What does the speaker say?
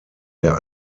der